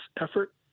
effort